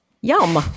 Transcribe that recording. Yum